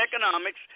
economics